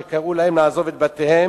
אשר קראו להם לעזוב את בתיהם